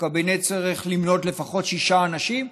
הקבינט צריך למנות לפחות שישה אנשים,